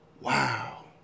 Wow